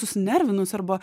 susinervinus arba